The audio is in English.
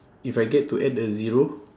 if I get to add a zero